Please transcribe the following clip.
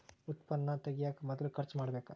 ಉತ್ಪನ್ನಾ ತಗಿಯಾಕ ಮೊದಲ ಖರ್ಚು ಮಾಡಬೇಕ